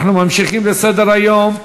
אנחנו ממשיכים בסדר-היום: